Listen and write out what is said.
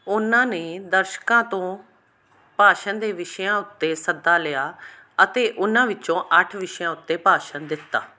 ਉਨ੍ਹਾਂ ਨੇ ਦਰਸ਼ਕਾਂ ਤੋਂ ਭਾਸ਼ਣ ਦੇ ਵਿਸ਼ਿਆਂ ਉਤੇ ਸੱਦਾ ਲਿਆ ਅਤੇ ਉਨ੍ਹਾਂ ਵਿੱਚੋਂ ਅੱਠ ਵਿਸ਼ਿਆਂ ਉੱਤੇ ਭਾਸ਼ਣ ਦਿੱਤਾ